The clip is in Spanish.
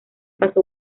paso